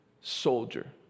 soldier